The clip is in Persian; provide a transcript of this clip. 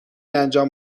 انجام